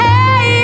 Hey